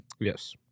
Yes